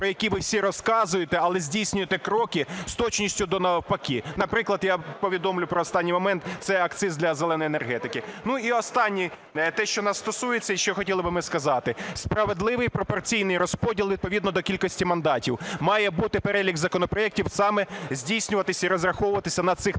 про який ви всі розказуєте, але здійснюєте кроки з точністю до навпаки. Наприклад, я повідомлю про останній момент – це акциз для "зеленої" енергетики. І останнє, те, що нас стосується і що хотіли би ми сказати. Справедливий пропорційний розподіл відповідно до кількості мандатів. Має бути перелік законопроектів саме здійснюватись і розраховуватись на цих принципах